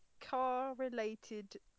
car-related